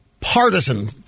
partisan